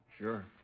Sure